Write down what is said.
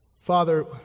Father